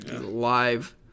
live